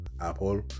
Apple